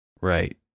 Right